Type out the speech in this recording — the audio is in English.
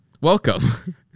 Welcome